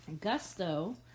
Gusto